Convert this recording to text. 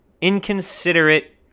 inconsiderate